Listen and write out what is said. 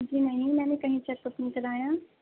جی نہیں میں نے کہیں چیکپ نہیں کرایا